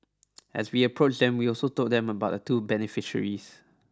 as we approached them we also told them about the two beneficiaries